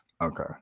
Okay